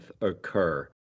occur